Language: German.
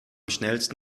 schnellsten